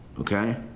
Okay